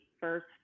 first